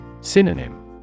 Synonym